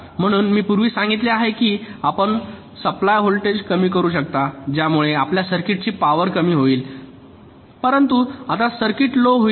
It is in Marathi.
म्हणून मी पूर्वी सांगितले आहे की आपण सप्लाय व्होल्टेज कमी करू शकता ज्यामुळे आपल्या सर्किटची पॉवर कमी होईल परंतु आपला सर्किटही स्लो होईल